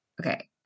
Okay